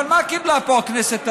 אבל מה קיבלה פה הכנסת הערב?